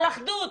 על אחדות.